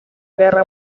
guerra